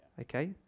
okay